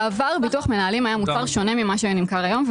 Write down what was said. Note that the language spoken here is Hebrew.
בעבר ביטוח מנהלים היה מוצר שונה ממה שהוא נמכר היום.